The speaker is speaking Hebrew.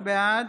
בעד